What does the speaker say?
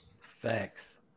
Facts